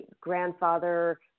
grandfather